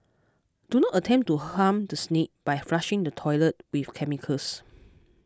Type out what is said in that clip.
do not attempt to harm the snake by flushing the toilet with chemicals